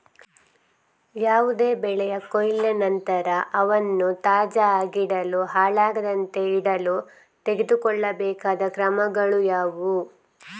ಯಾವುದೇ ಬೆಳೆಯ ಕೊಯ್ಲಿನ ನಂತರ ಅವನ್ನು ತಾಜಾ ಆಗಿಡಲು, ಹಾಳಾಗದಂತೆ ಇಡಲು ತೆಗೆದುಕೊಳ್ಳಬೇಕಾದ ಕ್ರಮಗಳು ಯಾವುವು?